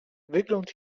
wygląd